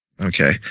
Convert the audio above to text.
Okay